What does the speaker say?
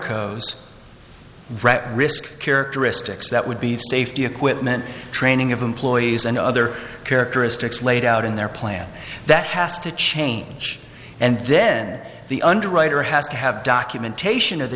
bret risk characteristics that would be safety equipment training of employees and other characteristics laid out in their plan that has to change and then the underwriter has to have documentation of the